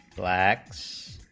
blacks